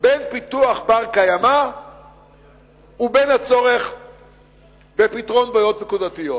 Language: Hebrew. בין פיתוח בר-קיימא ובין הצורך בפתרון בעיות נקודתיות?